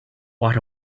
what